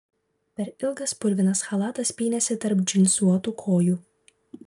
per ilgas purvinas chalatas pynėsi tarp džinsuotų kojų